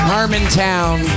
Harmontown